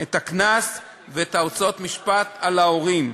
את הקנס ואת הוצאות המשפט על ההורים.